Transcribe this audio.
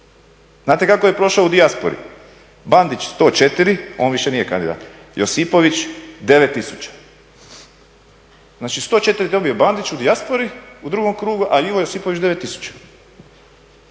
Znate kako je prošao u dijaspori? Bandić 104, on više nije kandidat, Josipović 9 tisuća. Znači 104 je dobio Bandić u dijaspori u drugom krugu, a Ivo Josipović 9